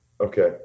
Okay